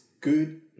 good